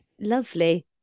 Lovely